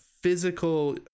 physical